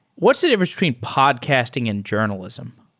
what's the difference between podcasting and journalism?